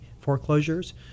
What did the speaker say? foreclosures